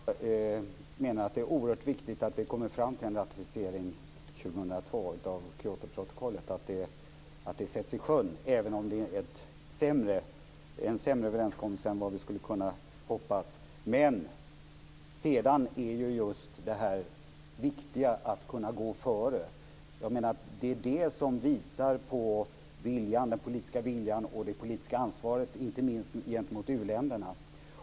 Fru talman! Jag menar att det är oerhört viktigt att vi kommer fram till en ratificering av Kyotoprotokollet 2002 och att det sätts i sjön, även om det är en sämre överenskommelse än vad vi hade hoppats. Sedan är det viktigt att vi går före. Jag menar att det är det som visar på den politiska viljan och det politiska ansvaret inte minst gentemot u-länderna.